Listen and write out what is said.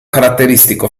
caratteristico